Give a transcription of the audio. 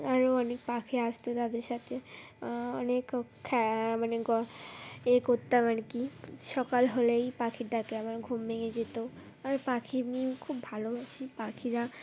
আরও অনেক পাখি আসতো তাদের সাথে অনেক খ মানে গ ই করতাম আর কি সকাল হলেই পাখিরটাকে আমার ঘুম ভেঙে যেতো আর পাখি খুব ভালোবাসিই পাখিরা